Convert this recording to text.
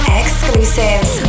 exclusives